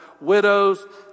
widows